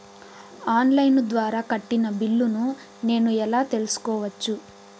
On line ద్వారా కట్టిన బిల్లును నేను ఎలా తెలుసుకోవచ్చు?